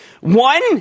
One